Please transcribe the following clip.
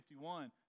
51